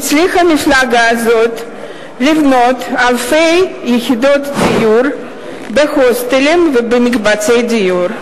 הצליחה מפלגה זו לבנות אלפי יחידות דיור בהוסטלים ובמקבצי הדיור.